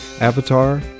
avatar